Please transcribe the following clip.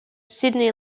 sydney